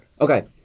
Okay